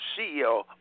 CEO